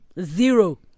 Zero